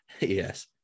Yes